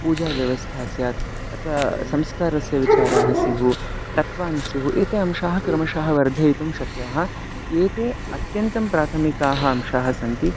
पूजाव्यवस्था स्यात् अथवा संस्कारस्य विचाराः स्युः तत्वानि स्युः एते अंशाः क्रमशः वर्धयितुं शक्याः एते अत्यन्तं प्राथमिकाः अंशाः सन्ति